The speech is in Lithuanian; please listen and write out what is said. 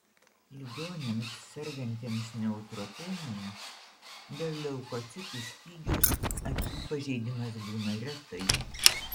ligoniams sergantiems neutropenija dėl leukocitų stygiaus akių pažeidimas būna retai